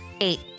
Eight